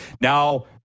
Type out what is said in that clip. Now